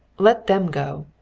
let them go.